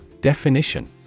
Definition